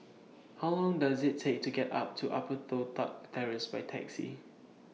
How Long Does IT Take to get up to Upper Toh Tuck Terrace By Taxi